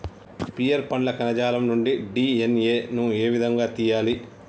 Pear పండ్ల కణజాలం నుండి డి.ఎన్.ఎ ను ఏ విధంగా తియ్యాలి?